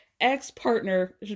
ex-partner